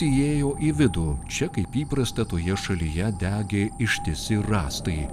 įėjo į vidų čia kaip įprasta toje šalyje degė ištisi rąstai